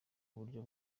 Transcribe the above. uburyo